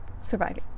surviving